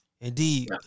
Indeed